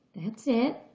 that's it.